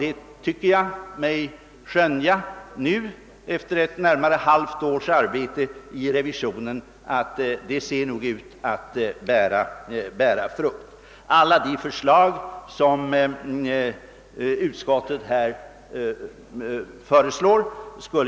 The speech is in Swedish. Efter närmare ett halvt års arbete i revisionen tycker jag mig nu skönja att denna reform ser ut att bära frukt.